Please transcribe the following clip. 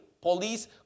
police